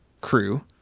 crew